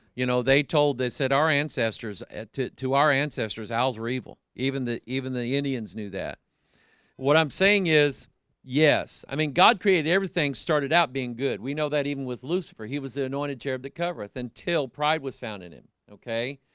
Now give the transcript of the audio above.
you know, they told they said our ancestors to to our ancestors owls were evil even that even the indians knew that what i'm saying is yes, i mean god created everything started out being good we know that even with lucifer he was the anointed cherub that covereth until pride was found in him. okay?